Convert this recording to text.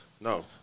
No